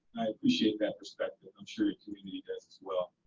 i appreciate that respect, i'm sure your community does as well.